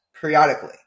periodically